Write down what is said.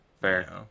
fair